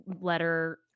letter